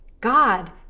God